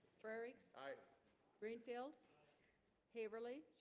frerichs greenfield haverly